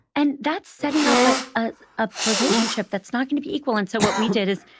and that's setting up a ah ah relationship that's not going to be equal. and so what we did is,